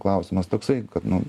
klausimas toksai kad nu